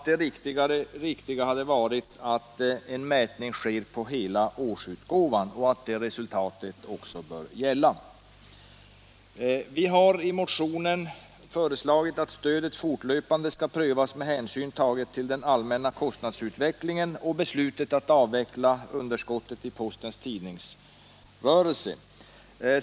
Det riktiga måste vara att mätning sker på hela årsutgåvan och att detta resultat måste gälla. Vi har i vår motion föreslagit att stödet fortlöpande skall prövas med hänsyn tagen till den allmänna kostnadsutvecklingen och beslutet att avveckla underskottet i postens tidningsrörelse.